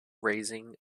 raising